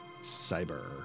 cyber